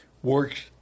works